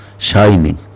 shining